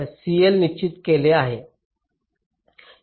तर CL निश्चित केले आहे